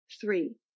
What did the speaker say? Three